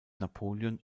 napoleon